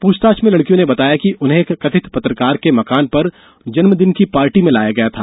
प्रछताछ में लड़कियों ने बताया कि उन्हें एक कथित पत्रकार के मकान पर जन्मदिन पार्टी में लाया गया था